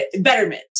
betterment